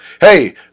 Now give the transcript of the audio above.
Hey